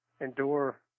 endure